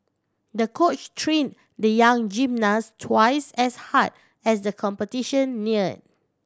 the coach train the young gymnast twice as hard as the competition near